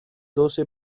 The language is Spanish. doce